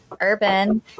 Urban